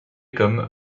comme